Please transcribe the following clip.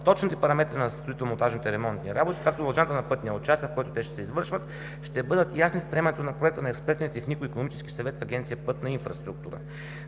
Точните параметри на строително-монтажните и ремонтни работи, както и дължината на пътния участък, в който те ще се извършват, ще бъдат ясни с приемането на проекта на Експертния технико-икономически съвет в Агенция „Пътна инфраструктура“.